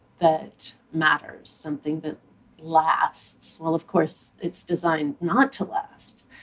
that matters, something that lasts. well of course, it's designed not to last,